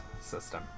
system